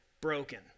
broken